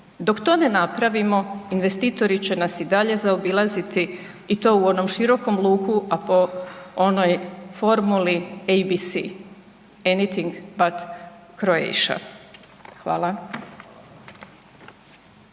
dok to ne napravimo investitori će nas i dalje zaobilaziti i to u onom širokom luku, a po onoj formuli EBC …/Govornik se ne razumije/…Hvala.